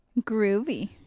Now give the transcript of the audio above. Groovy